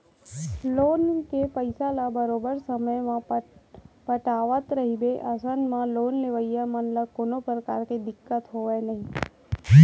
loan के पइसा ल बरोबर समे म पटावट रहिबे अइसन म लोन लेवइया मनसे ल कोनो परकार के दिक्कत होवय नइ